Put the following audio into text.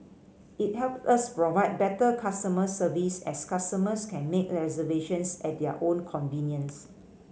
it help us provide better customer service as customers can make reservations at their own convenience